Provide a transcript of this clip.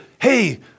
hey